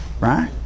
Right